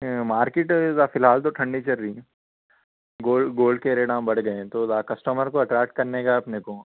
ایں مارکیٹ فی الحال تو ٹھنڈی چل رہی ہے گولڈ کے دام بڑھ گئے ہیں تو کسٹمر کو اٹریکٹ کرنے کا ہے اپنے کو